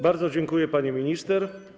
Bardzo dziękuję, pani minister.